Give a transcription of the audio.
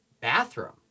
bathroom